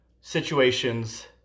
situations